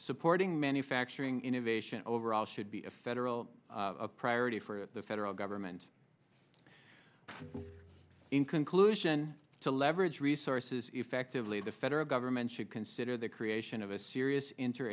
supporting manufacturing innovation overall should be a federal priority for the federal government in conclusion to leverage resources effectively the federal government should consider the creation of a serious inter